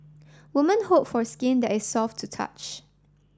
women hope for skin that is soft to touch